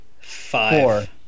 Five